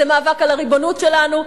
זה מאבק על הריבונות שלנו,